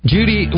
Judy